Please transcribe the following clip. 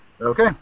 Okay